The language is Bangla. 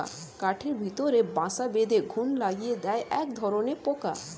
কাঠের ভেতরে বাসা বেঁধে ঘুন লাগিয়ে দেয় একধরনের পোকা